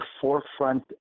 forefront